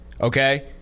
Okay